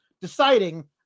deciding